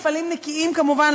מפעלים נקיים כמובן,